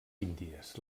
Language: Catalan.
índies